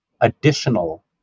additional